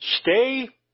stay